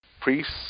priests